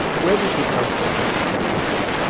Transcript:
where does he come from? what's his background?